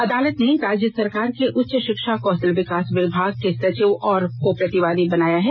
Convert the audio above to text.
अदालत ने राज्य सरकार के उच्च शिक्षा कौशल विकास विभाग के सचिव को प्रतिवादी बनाया है